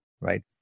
Right